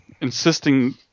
insisting